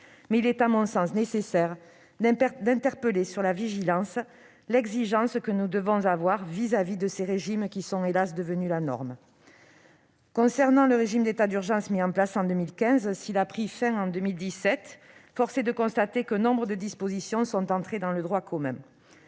mais il est à mon sens nécessaire d'interpeller sur la vigilance, l'exigence dont nous devons faire preuve à l'égard de ces régimes, qui sont, hélas ! devenus la norme. Concernant le régime d'état d'urgence mis en place en 2015, s'il a pris fin en 2017, force est de constater que nombre de ses dispositions sont entrées dans le droit commun.